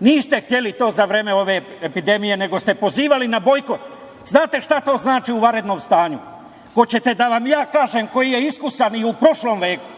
Niste hteli to za vreme ove epidemije nego ste pozivali na bojkot. Znate šta to znači u vanrednom stanju? Hoćete da vam ja kažem, koji je iskusan i u prošlom veku.